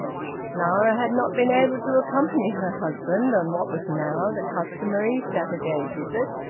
clara had not been able to accompany her husband on what was now the customary saturday visit,